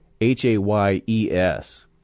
H-A-Y-E-S